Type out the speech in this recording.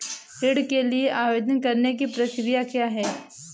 ऋण के लिए आवेदन करने की प्रक्रिया क्या है?